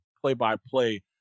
play-by-play